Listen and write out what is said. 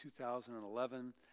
2011